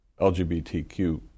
LGBTQ